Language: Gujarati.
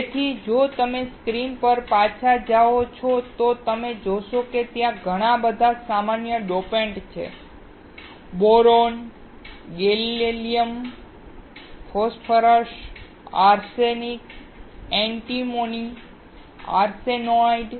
તેથી જો તમે સ્ક્રીન પર પાછા જાઓ છો તો તમે જોશો કે ત્યાં ઘણા સામાન્ય ડોપન્ટ્સ છે boron gallium phosphorus arsenic antimony અને આર્સેનાઇડ